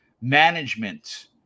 Management